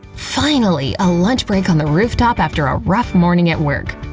finally, a lunch break on the roof top after a rough morning at work.